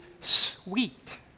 sweet